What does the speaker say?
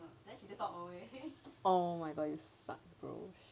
oh my god you suck